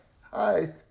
Hi